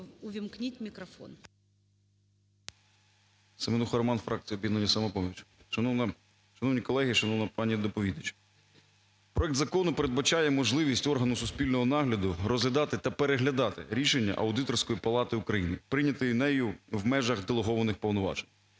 СЕМЕНУХА Р.С. Семенуха Роман фракція "Об'єднання "Самопоміч". Шановні колеги, шановна пані доповідач, проект закону передбачає можливість органу суспільного нагляду розглядати та переглядати рішення аудиторської палати України, прийнятої нею в межах делегованих повноважень.